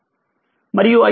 మరియు i i1 i2 iN